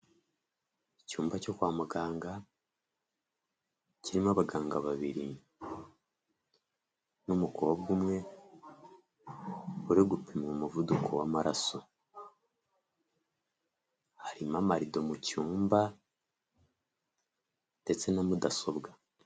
Icyumba cyo kwa muganga kirimo abaganga babiri n'umukobwa umwe uri gupimwa umuvuduko w'amaraso, harimo amarido mu cyumba ndetse na mudasobwa.